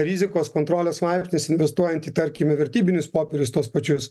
rizikos kontrolės laipsnis investuojant į tarkim į vertybinius popierius tuos pačius